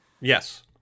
Yes